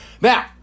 Now